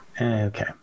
Okay